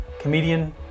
Comedian